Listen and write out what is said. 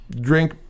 drink